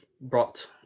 brought